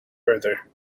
further